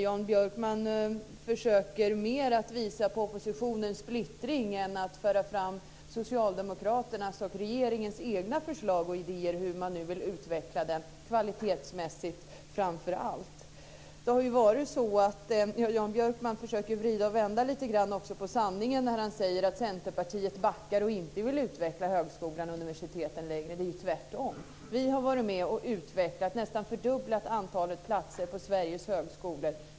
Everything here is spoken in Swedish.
Jan Björkman försöker mer att visa på oppositionens splittring än att föra fram socialdemokraternas och regeringens egna förslag och idéer till hur man vill utveckla den, framför allt kvalitetsmässigt. Jan Björkman försöker vrida och vända lite grann på sanningen när han säger att Centerpartiet backar och inte vill utveckla högskolorna och universiteten längre. Det är ju tvärtom. Vi har varit med och utvecklat, nästan fördubblat, antalet platser på Sveriges högskolor.